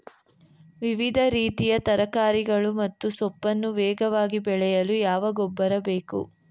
ವಿವಿಧ ರೀತಿಯ ತರಕಾರಿಗಳು ಮತ್ತು ಸೊಪ್ಪನ್ನು ವೇಗವಾಗಿ ಬೆಳೆಯಲು ಯಾವ ಗೊಬ್ಬರ ಬೇಕು?